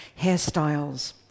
hairstyles